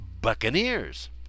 buccaneers